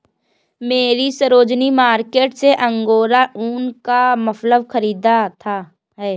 मैने सरोजिनी मार्केट से अंगोरा ऊन का मफलर खरीदा है